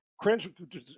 Cringe